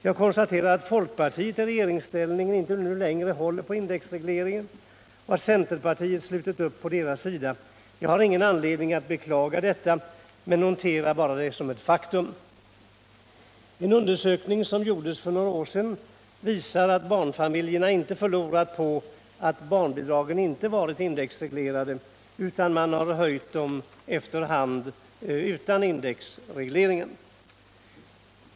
Jag konstaterar att folkpartiet i regeringsställning inte längre håller på indexregleringen och att - Nr 55 centerpartiet slutit upp på dess sida. Jag har ingen anledning att beklaga detta, men noterar det som ett faktum. En undersökning som gjordes för några år sedan visar att barnfamiljerna inte förlorat på att barnbidragen inte varit indexreglerade. De har höjts efter hand utan indexreglering.